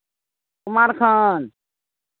Kumarkhand